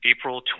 April